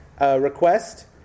request